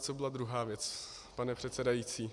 Co byla druhá věc, pane předsedající?